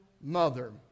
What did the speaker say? mother